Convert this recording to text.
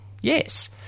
yes